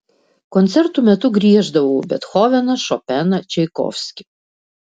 koncertų metu grieždavau bethoveną šopeną čaikovskį